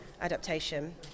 adaptation